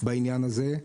בעניין הזה.